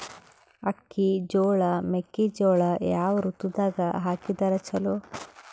ಅಕ್ಕಿ, ಜೊಳ, ಮೆಕ್ಕಿಜೋಳ ಯಾವ ಋತುದಾಗ ಹಾಕಿದರ ಚಲೋ?